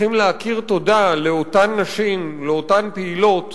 צריכים להכיר תודה לאותן נשים, לאותן פעילות,